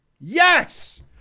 Yes